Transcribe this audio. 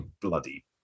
bloody